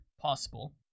possible